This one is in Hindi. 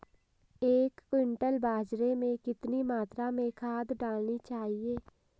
एक क्विंटल बाजरे में कितनी मात्रा में खाद डालनी चाहिए?